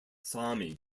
sami